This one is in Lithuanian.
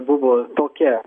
buvo tokia